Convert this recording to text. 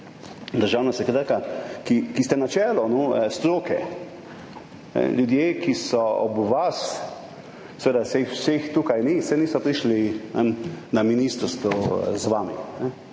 državna sekretarka, ki ste na čelu stroke, ljudje, ki so ob vas, saj vseh ni tukaj, saj niso prišli na ministrstvo z vami,